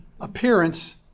appearance